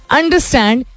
understand